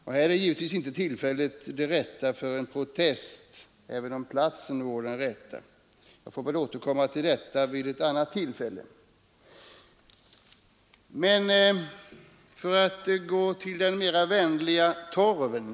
Det här är givetvis inte rätta tillfället för en protest, även om platsen vore den riktiga. Skulle ryktet tala sant får jag återkomma till detta vid ett annat tillfälle. Jag skall övergå till den mer vänliga torven.